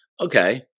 Okay